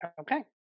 Okay